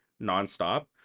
nonstop